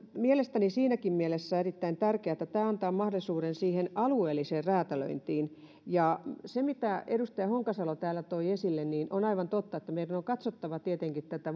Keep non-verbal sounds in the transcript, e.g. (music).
mielestäni siinäkin mielessä erittäin tärkeä että tämä antaa mahdollisuuden siihen alueelliseen räätälöintiin kuten edustaja honkasalo täällä toi esille niin on aivan totta että meidän on tietenkin katsottava tätä (unintelligible)